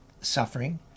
suffering